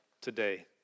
today